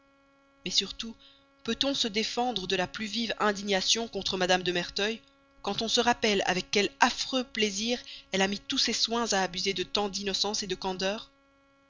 mais peut-on surtout se défendre de la plus vive indignation contre mme de merteuil quand on se rappelle avec quel affreux plaisir elle a mis tous ses soins à abuser de tant d'innocence de candeur